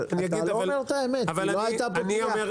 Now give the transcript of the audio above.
אבל אתה לא אומר את האמת, כי לא היתה פה כניעה.